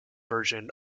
version